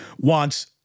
wants